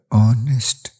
honest